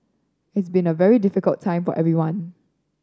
it's been a very difficult time for everyone